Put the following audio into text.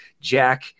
Jack